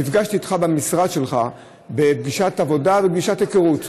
נפגשתי איתך במשרד שלך בפגישת עבודה ופגישת היכרות.